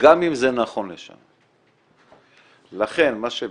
גם אם זה נכון לשנות, לכן מה שביקשתי,